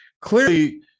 Clearly